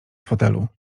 fotelu